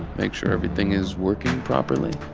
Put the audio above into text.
make sure everything is working properly.